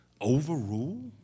overrule